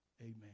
Amen